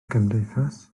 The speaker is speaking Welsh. gymdeithas